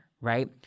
right